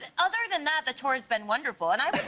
and other than that, the tour is but and wonderful. and um it